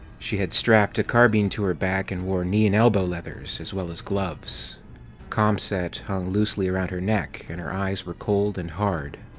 she had strapped a carbine to her back and wore knee and elbow leathers, as well as gloves comset hung loosely around her neck, and her eyes were cold and hard.